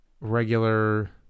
Regular